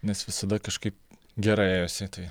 nes visada kažkaip gerai ėjosi tai